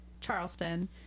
Charleston